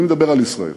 אני מדבר על ישראל.